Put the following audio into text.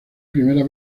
primera